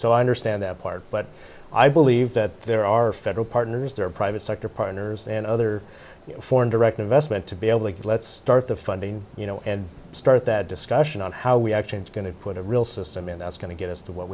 so i understand that part but i believe that there are federal partners there are private sector partners and other foreign direct investment to be able to get let's start the funding you know and start that discussion on how we actually it's going to put a real system in that's going to get us to what